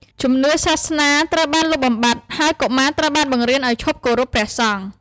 ជំនឿសាសនាត្រូវបានលុបបំបាត់ ហើយកុមារត្រូវបានបង្រៀនឱ្យឈប់គោរពព្រះសង្ឃ។